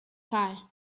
pie